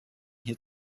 hier